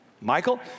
Michael